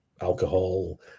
alcohol